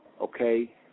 Okay